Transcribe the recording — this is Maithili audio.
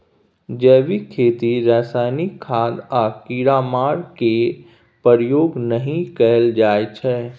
जैबिक खेती रासायनिक खाद आ कीड़ामार केर प्रयोग नहि कएल जाइ छै